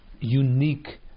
unique